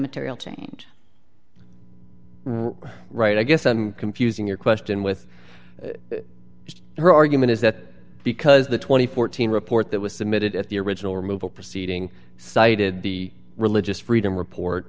material change right i guess i'm confusing your question with her argument is that because the two thousand and fourteen report that was submitted at the original removal proceeding cited the religious freedom report